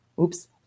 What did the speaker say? oops